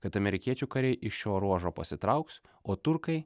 kad amerikiečių kariai iš šio ruožo pasitrauks o turkai